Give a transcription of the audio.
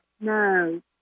No